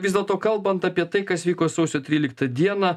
vis dėlto kalbant apie tai kas įvyko sausio tryliktą dieną